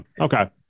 Okay